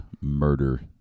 murder